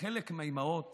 לחלק מהאימהות